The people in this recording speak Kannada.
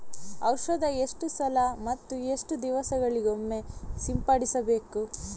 ಔಷಧ ಎಷ್ಟು ಸಲ ಮತ್ತು ಎಷ್ಟು ದಿವಸಗಳಿಗೊಮ್ಮೆ ಸಿಂಪಡಿಸಬೇಕು?